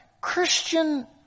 Christian